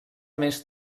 més